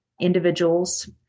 individuals